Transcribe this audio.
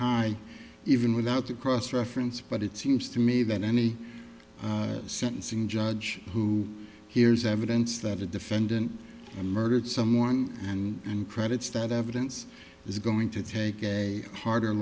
high even without the cross reference but it seems to me that any sentencing judge who hears evidence that a defendant a murdered someone and credits that evidence is going to take a harder